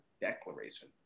declaration